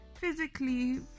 physically